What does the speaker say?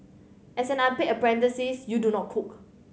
as unpaid apprentice you do not cook